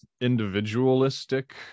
individualistic